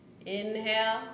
Inhale